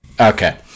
okay